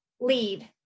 lead